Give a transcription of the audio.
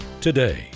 today